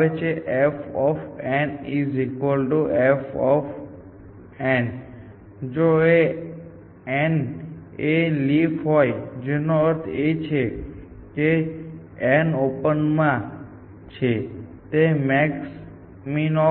તેથી કાં તો તે એક f મૂલ્ય છે અથવા તે તેના ઓછામાં ઓછા f મૂલ્યો છે તે તેના